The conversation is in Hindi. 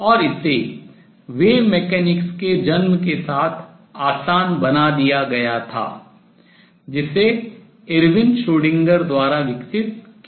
और इसे wave mechanics तरंग यांत्रिकी के जन्म के साथ आसान बना दिया गया था जिसे एर्विन श्रोडिंगर द्वारा विकसित किया गया था